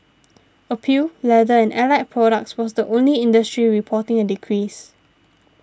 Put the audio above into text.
apparel leather and allied products was the only industry reporting a decrease